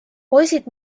poisid